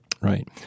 Right